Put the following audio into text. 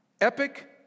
Epic